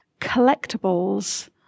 collectibles